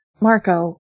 Marco